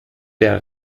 der